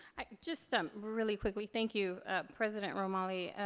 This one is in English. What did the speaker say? just um really quickly, thank you president ramali.